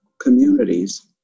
communities